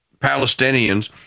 Palestinians